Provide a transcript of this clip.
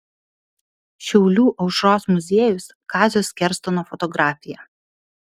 šiaulių aušros muziejus kazio skerstono fotografija